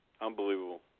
Unbelievable